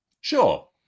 Sure